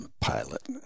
Pilot